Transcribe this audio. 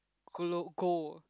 glow go